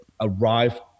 arrive